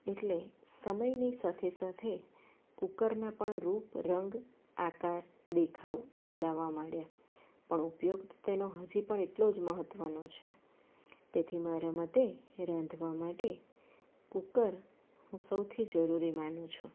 એટલે સમયની સાથે સાથે કૂકરનાં પણ રૂપ રંગ આકાર દેખાવ બદલાવા માંડ્યા પણ ઉપયોગ તેનો હજી પણ એટલો જ મહત્ત્વનો છે તેથી મારા મતે રાંધવા માટે કુકર હું સૌથી જરૂરી માનું છું